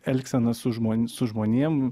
elgsena su žmon su žmonėm